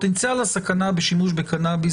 אנחנו פותחים הבוקר ישיבה ארוכה,